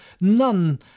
none